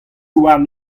warn